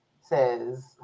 says